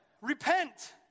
Repent